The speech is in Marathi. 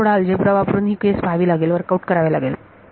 तुम्हाला थोडा अल्जेब्रा वापरून ही केस पहावी लागेल वर्कआउट करावे लागेल